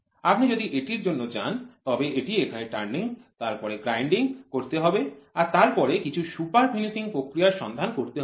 আপনি যদি এটির জন্য যান তবে এটি এখানে টার্নিং তারপরে গ্রাইন্ডিং করতে হবে আর তারপরে কিছু সুপার ফিনিশিং প্রক্রিয়ার সন্ধান করতে হবে